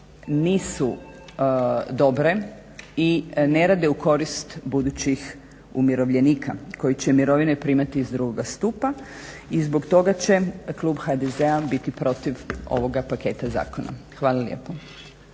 nisu dobre i ne rade u korist budućih umirovljenika koji će mirovine primati iz drugoga stupa. I zbog toga će klub HDZ-a biti protiv ovoga paketa zakona. Hvala lijepo.